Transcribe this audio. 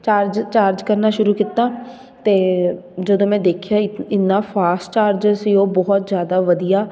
charge charge ਕਰਨਾ ਸ਼ੁਰੂ ਕੀਤਾ ਅਤੇ ਜਦੋਂ ਮੈਂ ਦੇਖਿਆ ਇ ਇੰਨਾ ਫਾਸਟ ਚਾਰਜਰ ਸੀ ਉਹ ਬਹੁਤ ਜ਼ਿਆਦਾ ਵਧੀਆ